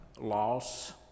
loss